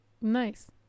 Nice